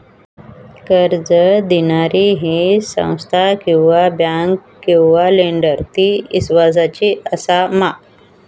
कर्ज दिणारी ही संस्था किवा बँक किवा लेंडर ती इस्वासाची आसा मा?